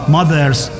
Mothers